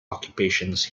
occupations